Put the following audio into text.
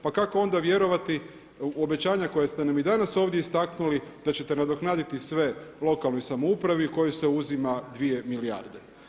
Pa kako onda vjerovati u obećanja koja ste nam i danas ovdje istaknuli da ćete nadoknaditi sve lokalnoj samoupravi kojoj se uzima 2 milijarde?